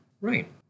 Right